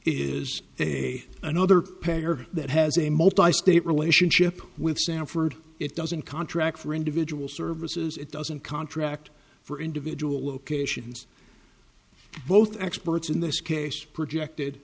is a another payer that has a multi state relationship with sanford it doesn't contract for individual services it doesn't contract for individual locations both experts in this case projected